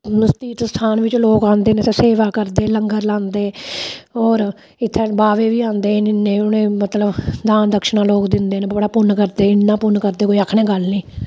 हून उस तीर्थ स्थान बिच्च लोक औंदे न सेबा करदे लंगर लांदे होर इत्थै बावे बी औंदे इन्नै इन्नै उ'नेंगी मतलब दान दक्षणा लोग दिंदे न बड़ा पुन्न करदे इन्ना पुन्न करदे कोई आखने दी गल्ल नेईं